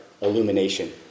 illumination